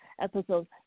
episodes